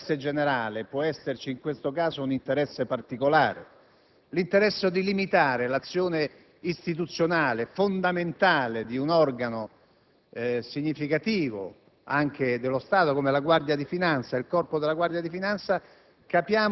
significativi. Se ricordiamo questi passaggi e ricordiamo che dietro l'interesse generale può esserci - come in questo caso - un interesse particolare, ossia l'interesse di limitare l'azione istituzionale fondamentale di un organo